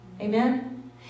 Amen